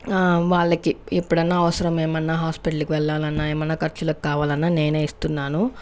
వాళ్ళకి ఎప్పుడన్నా అవసరం ఏమన్నా హాస్పిటల్ కి వెళ్ళాలన్న ఏమన్నా ఖర్చులకి కావాలన్నా నేనే ఇస్తున్నాను